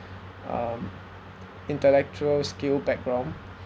um intellectual skill background